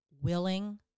willing